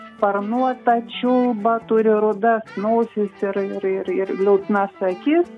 sparnuota čiulba turi rudas nosis ir ir ir ir liūdnas akis